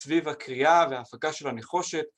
סביב הכרייה וההפקה של הנחושת